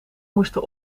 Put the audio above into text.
moesten